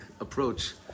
approach